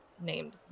named